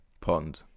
pond